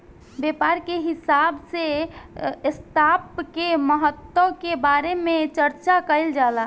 व्यापार के हिसाब से स्टॉप के महत्व के बारे में चार्चा कईल जाला